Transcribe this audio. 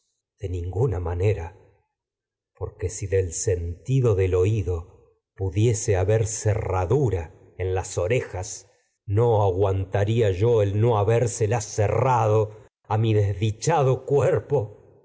de ninguna manera porque en si del sentido del no oído taría pudiese yo haber cerradura las a orejas aguan cuer el no habérselas cerrado mi desdichado